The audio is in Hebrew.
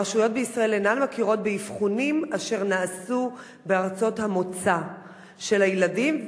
הרשויות בישראל אינן מכירות באבחונים אשר נעשו בארצות המוצא של הילדים,